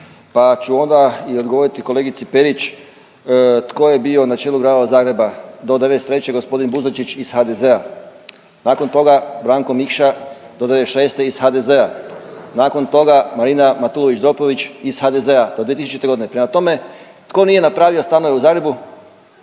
pa ću onda i odgovoriti kolegici Perić tko je bio na čelu Grada Zagreba do '93., gospodin Buzančić iz HDZ-a, nakon toga Branko Mikša do '96. iz HDZ-a, nakon toga Marina Matulović Dropulić iz HDZ-a do 2000. godine. Prema tome, tko nije napravio stanove u Zagrebu